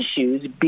issues